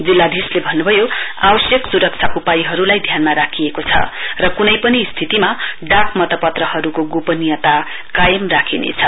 जिल्लाधीशले भन्न्भयो आवश्यक सुरक्षा उपायहरुलाई ध्यानमा राखिएको छ र कुनै पनि स्थितिमा डाक मतपत्रहरुको गोपनीयता कायम राखिनेछ